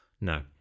No